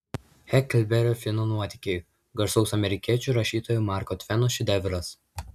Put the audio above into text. heklberio fino nuotykiai garsaus amerikiečių rašytojo marko tveno šedevras